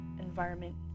environment